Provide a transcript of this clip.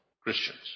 Christians